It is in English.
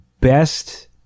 best